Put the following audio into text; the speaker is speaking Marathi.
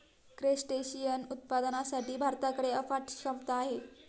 क्रस्टेशियन उत्पादनासाठी भारताकडे अफाट क्षमता आहे